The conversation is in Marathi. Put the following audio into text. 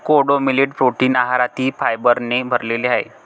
कोडो मिलेट प्रोटीन आहारातील फायबरने भरलेले आहे